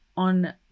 On